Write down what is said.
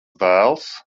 dēls